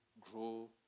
grow